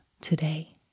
today